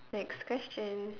next question